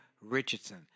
Richardson